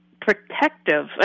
protective